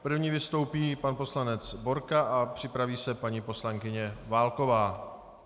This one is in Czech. První vystoupí pan poslanec Borka a připraví se paní poslankyně Válková.